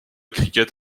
cricket